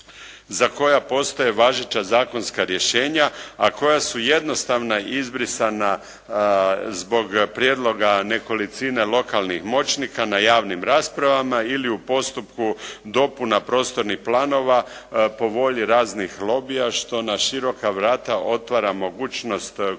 za koja postoje važeća zakonska rješenja, a koja su jednostavna izbrisana zbog prijedloga nekolicine lokalnih moćnika na javnim raspravama ili u postupku dopuna prostornih planova po volji raznih lobija, što na široka vrata otvara mogućnost korupciji